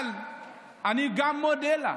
אבל אני גם מודה לה.